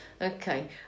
Okay